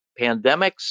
pandemics